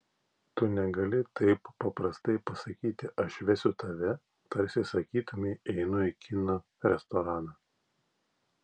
tu negali taip paprastai pasakyti aš vesiu tave tarsi sakytumei einu į kinų restoraną